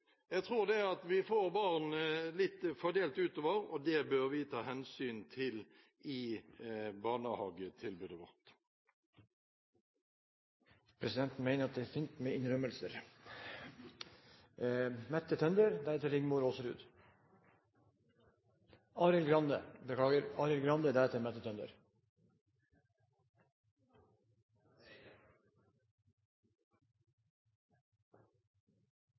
Vi får barn fordelt litt utover, og det bør vi ta hensyn til i barnehagetilbudet vårt. Presidenten mener at det er fint med innrømmelser.